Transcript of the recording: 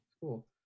cool